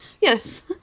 Yes